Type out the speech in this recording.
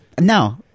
No